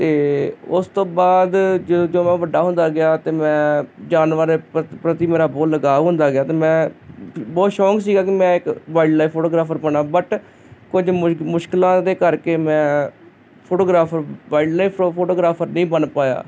ਅਤੇ ਉਸ ਤੋਂ ਬਾਅਦ ਜਿਉਂ ਜਿਉਂ ਵੱਡਾ ਹੁੰਦਾ ਗਿਆ ਅਤੇ ਮੈਂ ਜਾਨਵਰ ਪ੍ਰਤੀ ਪ੍ਰਤੀ ਮੇਰਾ ਫੁੱਲ ਲਗਾਓ ਹੁੰਦਾ ਗਿਆ ਅਤੇ ਮੈਂ ਬਹੁਤ ਸ਼ੌਕ ਸੀਗਾ ਕਿ ਮੈਂ ਇੱਕ ਵਾਈਲਡ ਲਾਈਫ ਫੋਟੋਗ੍ਰਾਫਰ ਬਣਾ ਬਟ ਕੁਝ ਮੁਸ਼ ਮੁਸ਼ਕਿਲਾਂ ਦੇ ਕਰਕੇ ਮੈਂ ਫੋਟੋਗ੍ਰਾਫਰ ਵਲਡ ਲਾਈਫ ਫੋਟੋਗ੍ਰਾਫਰ ਨਹੀਂ ਬਣ ਪਾਇਆ